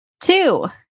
Two